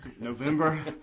november